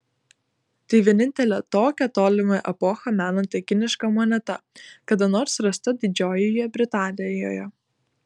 tai vienintelė tokią tolimą epochą menanti kiniška moneta kada nors rasta didžiojoje britanijoje